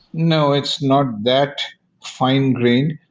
no, it's not that fine-grain.